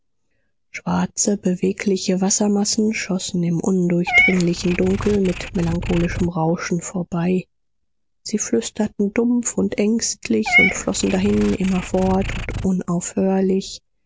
schwarze bewegliche wassermassen schossen im undurchdringlichen dunkel mit melancholischem rauschen vorbei sie flüsterten dumpf und ängstlich und flossen dahin immerfort und unaufhörlich